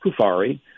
Kufari